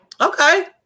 Okay